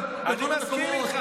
אני הולך בין הלוחמים,